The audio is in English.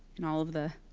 and all of the